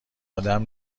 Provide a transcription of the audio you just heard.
ادم